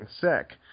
sick